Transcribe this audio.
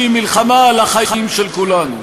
שהיא מלחמה על החיים של כולנו.